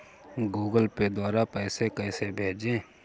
Google Pay द्वारा पैसे कैसे भेजें?